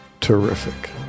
terrific